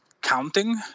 counting